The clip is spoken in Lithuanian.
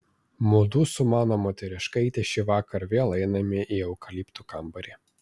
mudu su mano moteriškaite šįvakar vėl einame į eukaliptų kambarį